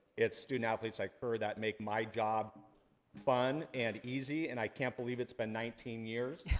it's student athletes like her that make my job fun and easy, and i can't believe it's been nineteen years.